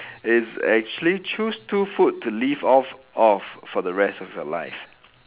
is actually choose two food to live of off the rest of your life